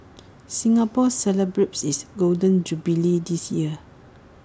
Singapore celebrates its Golden Jubilee this year